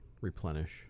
replenish